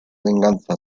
venganza